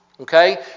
okay